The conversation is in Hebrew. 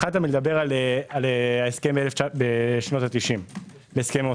לדבר על הסכם אוסלו.